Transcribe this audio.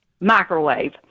microwave